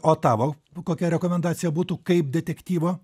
o tavo kokia rekomendacija būtų kaip detektyvo